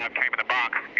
um came in a box,